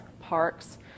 parks